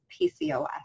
PCOS